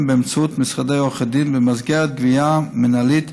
באמצעות משרדי עורכי דין במסגרת גבייה מינהלית,